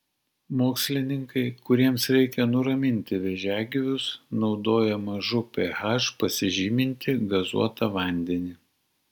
mokslininkai kuriems reikia nuraminti vėžiagyvius naudoja mažu ph pasižymintį gazuotą vandenį